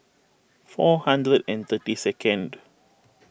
four hundred and thirty second